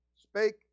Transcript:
spake